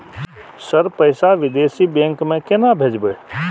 Sir पैसा विदेशी bank में केना भेजबे?